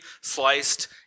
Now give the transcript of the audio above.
sliced